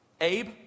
Abe